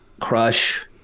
crush